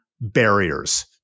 barriers